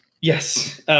Yes